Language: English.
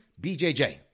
BJJ